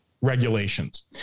regulations